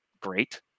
great